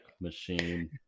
machine